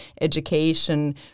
education